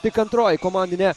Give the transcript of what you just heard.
tik antroji komandinė